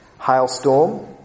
Hailstorm